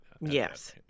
Yes